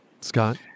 Scott